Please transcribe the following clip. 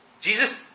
Jesus